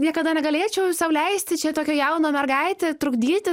niekada negalėčiau sau leisti čia tokią jauną mergaitę trukdyti